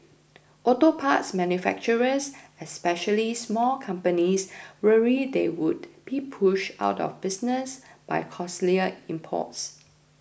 auto parts manufacturers especially small companies worry they would be pushed out of business by costlier imports